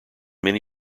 many